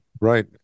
right